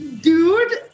Dude